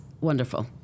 wonderful